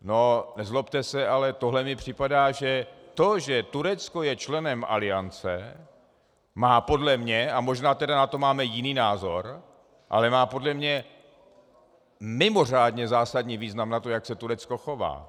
No nezlobte se, ale tohle mi připadá, že to, že Turecko je členem Aliance, má podle mě, a možná na to máme tedy jiný názor, ale má podle mě mimořádně zásadní význam na to, jak se Turecko chová.